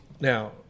Now